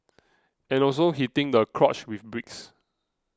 and also hitting the crotch with bricks